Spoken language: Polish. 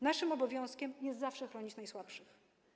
Naszym obowiązkiem jest zawsze chronić najsłabszych.